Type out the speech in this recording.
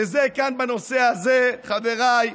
וכאן, בנושא הזה, חבריי,